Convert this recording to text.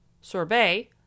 sorbet